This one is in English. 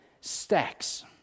stacks